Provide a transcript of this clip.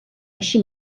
així